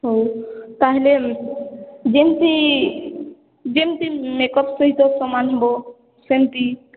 ହଉ ତାହେଲେ ଯେମିତି ଯେମିତି ମେକଅପ୍ ସହିତ ସମାନ ହେବ ସେମିତି